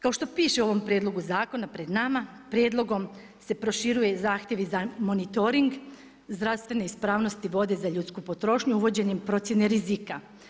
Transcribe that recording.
Kao što piše u ovom prijedlogu zakona pred nama, prijedlogom se proširuje zahtjevi za monitoring zdravstvene ispravnosti vode za ljudsku potrošnju uvođenjem procjene rizika.